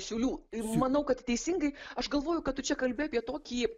siūlių ir manau kad teisingai aš galvoju kad tu čia kalbi apie tokį